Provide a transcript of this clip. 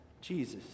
Jesus